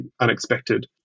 unexpected